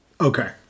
Okay